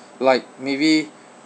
like maybe